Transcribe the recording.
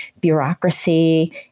bureaucracy